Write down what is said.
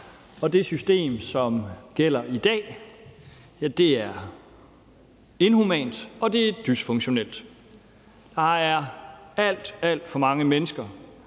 og det system, som gælder i dag, er inhumant, og det er dysfunktionelt. Der er alt, alt for mange mennesker,